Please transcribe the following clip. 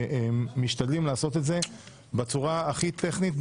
משתדלים לעשות את זה בצורה הכי טכנית,